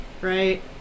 Right